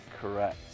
Correct